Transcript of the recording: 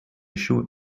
short